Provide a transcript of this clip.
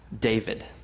David